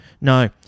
No